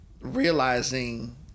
realizing